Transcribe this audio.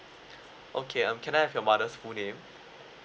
okay um can I have your mother's full name